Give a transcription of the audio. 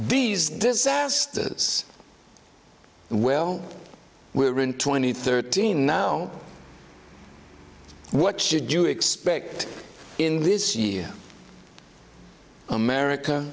these disasters well we're in twenty thirteen now what should you expect in this year america